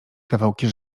kawałki